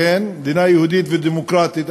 מדינה יהודית ודמוקרטית,